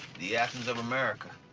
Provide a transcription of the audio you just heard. the athens of america.